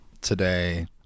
today